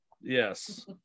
yes